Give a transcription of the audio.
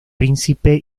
príncipe